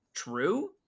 true